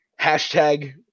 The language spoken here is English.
hashtag